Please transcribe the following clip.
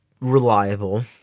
reliable